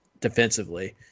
defensively